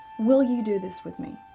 will you do this with me?